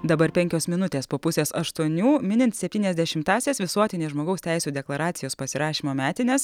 dabar penkios minutės po pusės aštuonių minint septyniasdešimtąsias visuotinės žmogaus teisių deklaracijos pasirašymo metines